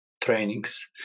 trainings